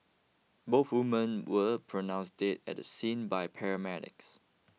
both women were pronounced dead at the scene by paramedics